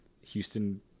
Houston